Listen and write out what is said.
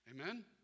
Amen